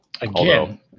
Again